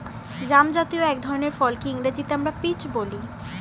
জামজাতীয় এক ধরনের ফলকে ইংরেজিতে আমরা পিচ বলি